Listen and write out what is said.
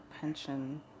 pension